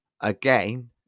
Again